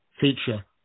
feature